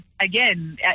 again